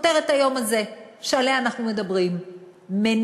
כותרת היום הזה שעליה אנחנו מדברים: מניעה.